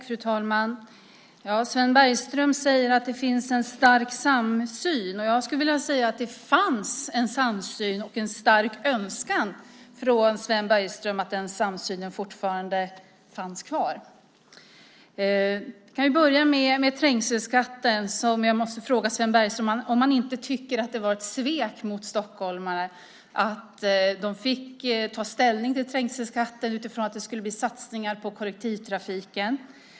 Fru talman! Sven Bergström säger att det finns en stark samsyn. Jag skulle vilja säga att det fanns en samsyn och att det finns en stark önskan från Sven Bergström att den samsynen fortfarande finns kvar. Jag kan börja med trängselskatten och fråga Sven Bergström om han inte tycker att det var ett svek mot stockholmarna att de fick ta ställning till trängselskatten utifrån att det skulle bli satsningar på kollektivtrafiken.